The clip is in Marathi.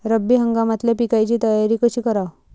रब्बी हंगामातल्या पिकाइची तयारी कशी कराव?